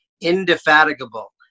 indefatigable